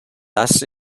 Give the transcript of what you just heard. dass